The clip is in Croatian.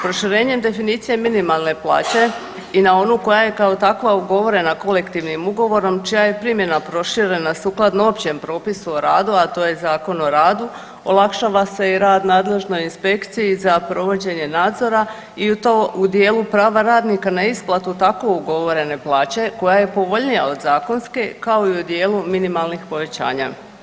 Proširenjem definicije minimalne plaće i na onu koja je kao takva ugovorena kolektivnim ugovorom čija je primjena proširena sukladno općem propisu o radu, a to je Zakon o radu olakšava se rad nadležnoj inspekciji za provođenje nadzora i to u dijelu prava radnika na isplatu tako ugovorene plaće koja je povoljnija od zakonske kao i u dijelu minimalnih povećanja.